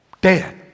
dead